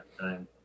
time